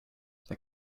the